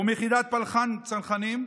הוא מיחידת פלחה"ן צנחנים.